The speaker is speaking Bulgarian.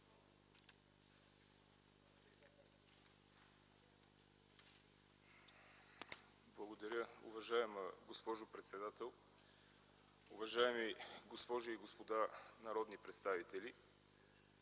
ЦВЕТАНОВ: Уважаема госпожо председател, уважаеми дами и господа народни представители,